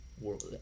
world